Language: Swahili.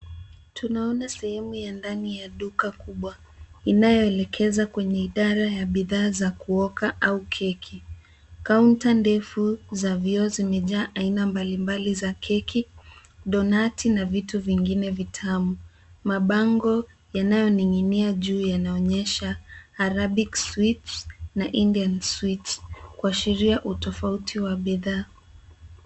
Tunaona sehemu ya ndani ya duka kubwa inayoelekeza kwenye idara ya bidhaa za kuoka au keki. Kaunta ndefu za vioo zimejaa aina mbalimbali za keki, donati na vitu vingine vitamu. Mabango yanayoning'inia juu yanaonyesha Arabic sweets na Indian sweets kuashiria tofauti wa bidhaa.